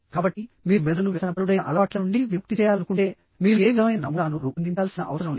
కాబట్టి మీరు మెదడును వ్యసనపరుడైన అలవాట్ల నుండి విముక్తి చేయాలనుకుంటే మీరు ఏ విధమైన నమూనాను రూపొందించాల్సిన అవసరం లేదు